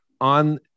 on